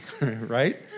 right